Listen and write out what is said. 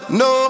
no